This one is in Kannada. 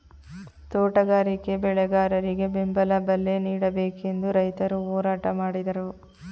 ತೋಟಗಾರಿಕೆ ಬೆಳೆಗಾರರಿಗೆ ಬೆಂಬಲ ಬಲೆ ನೀಡಬೇಕೆಂದು ರೈತರು ಹೋರಾಟ ಮಾಡಿದರು